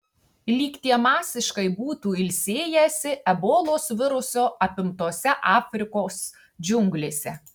lyg tie masiškai būtų ilsėjęsi ebolos viruso apimtose afrikos džiunglėse